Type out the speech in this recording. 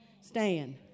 stand